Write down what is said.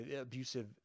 abusive